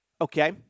okay